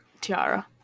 Tiara